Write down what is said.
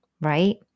right